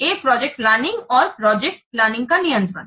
एक project planning और project planning का नियत्रण